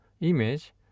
image